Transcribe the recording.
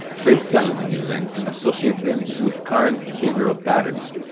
face challenging events and associate them with current behavioral patterns.